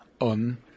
on